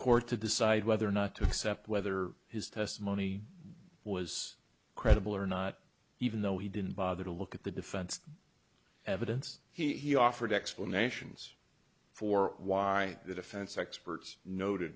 court to decide whether or not to accept whether his testimony was credible or not even though he didn't bother to look at the defense evidence he offered explanations for why the defense experts noted